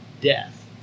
death